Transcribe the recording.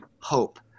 hope